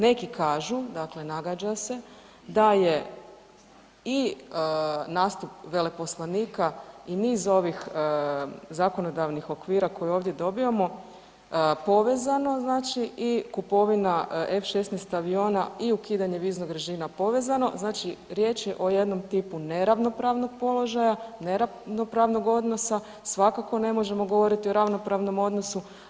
Neki kažu, dakle nagađa se, da je i nastup veleposlanika i niz ovih zakonodavnih okvira koje ovdje dobivamo povezano i kupovina F16 aviona i ukidanjem viznog režima povezano, znači riječ je o jednom tipu neravnopravnog položaja, neravnopravnog odnosa, svakako ne možemo govoriti o ravnopravnom odnosu.